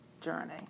journey